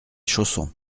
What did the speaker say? chaussons